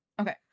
Okay